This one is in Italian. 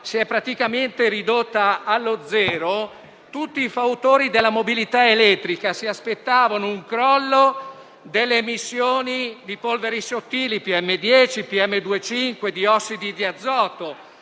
si è praticamente ridotta a zero, tutti i fautori di quella elettrica si aspettavano un crollo delle emissioni di polveri sottili (PM10, PM2,5 o diossido di azoto).